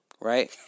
Right